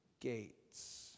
gates